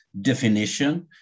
definition